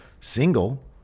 single